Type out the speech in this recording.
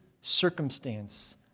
circumstance